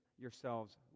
yourselves